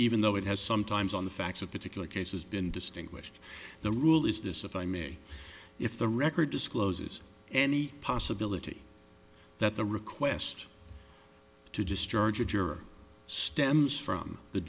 even though it has sometimes on the facts of particular cases been distinguished the rule is this if i may if the record discloses any possibility that the request to discharge a juror stems from the